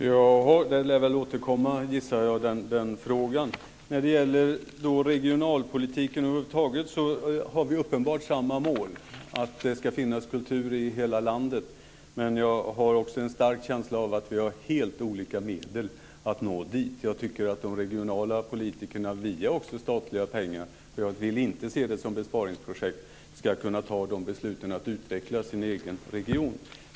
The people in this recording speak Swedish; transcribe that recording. Fru talman! Den här frågan lär väl återkomma, gissar jag. När det gäller regionalpolitiken över huvud taget har vi uppenbarligen samma mål, nämligen att det ska finnas kultur i hela landet. Men jag har också en stark känsla av att vi har helt olika medel för att nå dit. Jag tycker att de regionala politikerna - också via statliga pengar, för jag vill inte se detta som besparingsprojekt - ska kunna fatta beslut om att utveckla sin egen region.